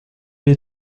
les